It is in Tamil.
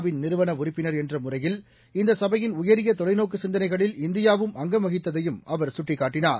வின் நிறுவன உறுப்பினர் என்ற முறையில் இந்த சபையின் உயரிய தொலைநோக்கு சிந்தனைகளில் இந்தியாவும் அங்கம் வகித்ததையும் அவர் சுட்டிக்காட்டினார்